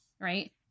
right